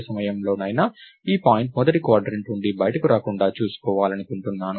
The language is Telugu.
ఏ సమయంలోనైనా ఈ పాయింట్ మొదటి క్వాడ్రంట్ నుండి బయటకు రాకుండా చూసుకోవాలనుకుంటున్నాను